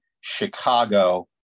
Chicago